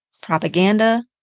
propaganda